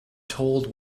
told